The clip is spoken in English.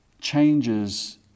changes